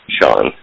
Sean